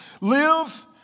live